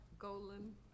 golden